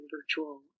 virtual